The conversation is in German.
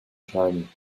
schreiben